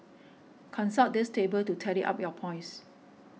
consult this table to tally up your points